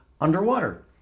underwater